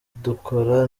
dukora